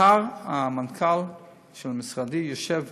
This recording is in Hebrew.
מחר המנכ"ל של משרדי ישב